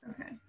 Okay